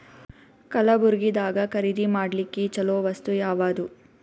ಕಲಬುರ್ಗಿದಾಗ ಖರೀದಿ ಮಾಡ್ಲಿಕ್ಕಿ ಚಲೋ ವಸ್ತು ಯಾವಾದು?